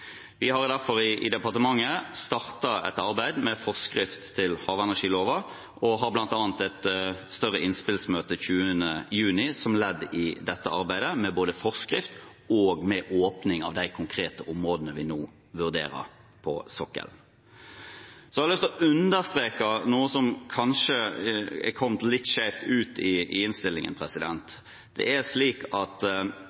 Vi har i departementet derfor startet et arbeid med forskrift til havenergiloven og har bl.a. et større innspillsmøte 20. juni, som ledd i arbeidet med både forskrift og åpning av de konkrete områdene på sokkelen som vi nå vurderer. Jeg har lyst til å understreke noe som kanskje er kommet litt skjevt ut i innstillingen.